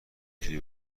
تونی